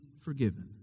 forgiven